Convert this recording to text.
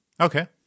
Okay